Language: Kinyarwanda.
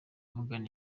morgan